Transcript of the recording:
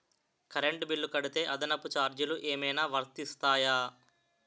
Current bill కడితే అదనపు ఛార్జీలు ఏమైనా వర్తిస్తాయా?